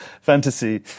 fantasy